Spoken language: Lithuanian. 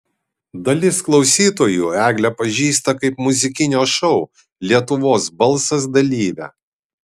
dalis klausytojų eglę pažįsta kaip muzikinio šou lietuvos balsas dalyvę